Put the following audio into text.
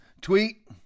tweet